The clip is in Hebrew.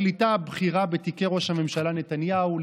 הפרקליטה הבכירה בתיקי ראש הממשלה נתניהו,